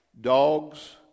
dogs